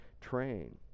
train